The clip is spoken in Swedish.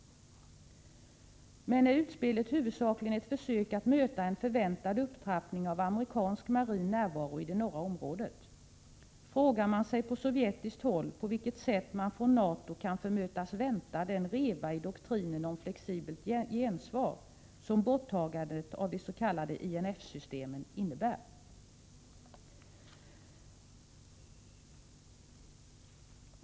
Men är utspelet huvudsakligen ett försök att möta en förväntad upptrappning av amerikansk marin närvaro i det norra området? Frågar man sig från sovjetiskt håll på vilket sätt NATO kan förväntas möta den ”reva” i doktrinen om flexibelt gensvar som borttagandet av de s.k. INF-systemen innebär?